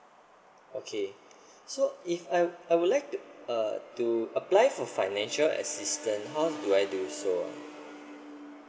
okay so if I I would like to uh to apply for financial assistance how do I do so